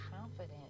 confident